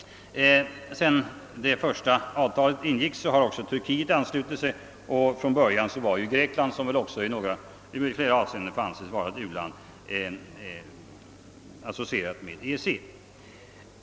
Sedan det första avtalet ingicks har också Turkiet anslutit sig, och från början var Grekland — som väl också måste betraktas som ett u-land i detta avseende — som bekant också associerat till EEC.